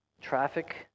Traffic